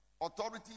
authority